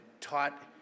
taught